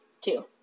Two